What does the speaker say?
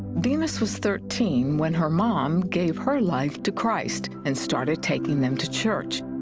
venus was thirteen when her mom gave her life to christ and started taking them to church.